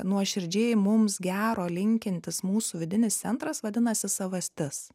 nuoširdžiai mums gero linkintis mūsų vidinis centras vadinasi savastis